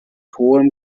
hohem